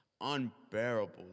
unbearable